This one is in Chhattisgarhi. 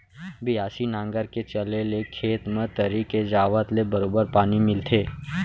बियासी नांगर के चले ले खेत म तरी के जावत ले बरोबर पानी मिलथे